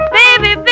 baby